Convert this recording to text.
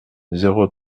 zéro